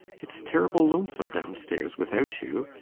it's terrible lonesome downstairs without you.